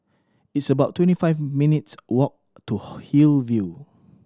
it's about twenty five minutes' walk to Hillview